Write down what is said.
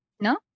No